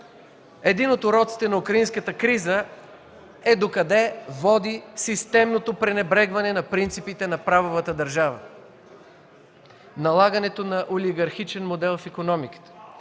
Един от уроците на украинската криза е докъде води системното пренебрегване на принципите на правовата държава. Налагането на олигархичен модел в икономиката,